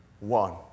one